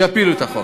שיפילו את החוק.